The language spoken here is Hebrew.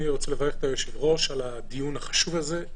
אני רוצה לברך את היושב-ראש על הדיון החשוב הזה,